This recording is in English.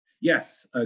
Yes